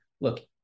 look